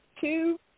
two